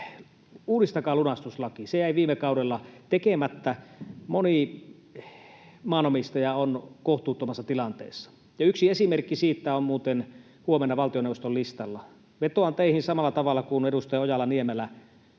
uudistakaa lunastuslaki. Se jäi viime kaudella tekemättä. Moni maanomistaja on kohtuuttomassa tilanteessa, ja yksi esimerkki siitä on muuten huomenna valtioneuvoston listalla. Vetoan teihin samalla tavalla kuin edustaja Ojala-Niemelä.